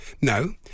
No